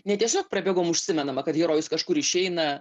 ne tiesiog prabėgom užsimenama kad herojus kažkur išeina